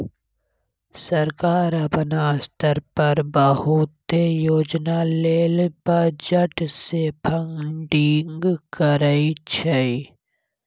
सरकार अपना स्तर पर बहुते योजना लेल बजट से फंडिंग करइ छइ